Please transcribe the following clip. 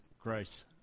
grace